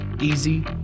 easy